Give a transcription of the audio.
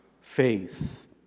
faith